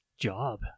job